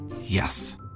Yes